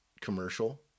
commercial